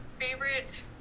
favorite